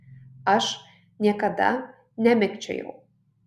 aš niekada nemikčiojau